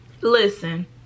listen